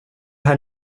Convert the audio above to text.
här